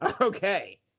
okay